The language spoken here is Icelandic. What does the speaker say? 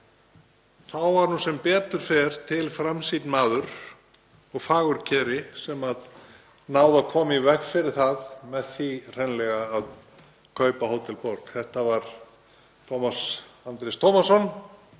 Þá var nú sem betur fer til framsýnn maður og fagurkeri sem náði að koma í veg fyrir það með því hreinlega að kaupa Hótel Borg. Þetta var Tómas Andrés Tómasson